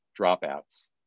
dropouts